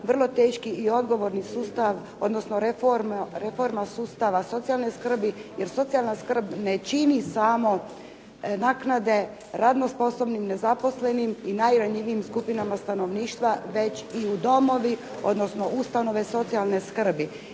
vrlo teški i odgovorni sustav odnosno reforma sustava socijalne skrbi jer socijalna skrb ne čini samo naknade radno sposobnim, nezaposlenim i najranjivijim skupinama stanovništva već i u domovi, odnosno ustanove socijalne skrbi.